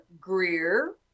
Greer